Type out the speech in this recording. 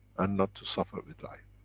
and not to suffer with life.